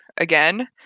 Again